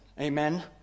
Amen